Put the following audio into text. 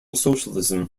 socialism